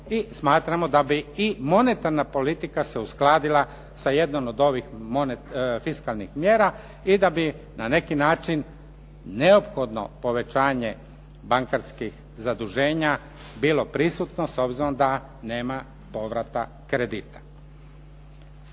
smatramo da bi i monetarna politika se uskladila sa jednom od ovih fiskalnih mjera i da bi na neki način neophodno povećanje bankarskih zaduženja bilo prisutno s obzirom da nema povrata kredita.